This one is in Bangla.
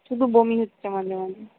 শুধু বমি হচ্ছে মাঝে মাঝে